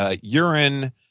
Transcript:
urine